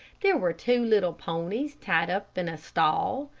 there were two little ponies tied up in a stall,